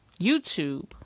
YouTube